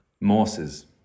Morses